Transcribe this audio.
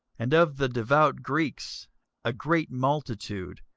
and of the devout greeks a great multitude,